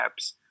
apps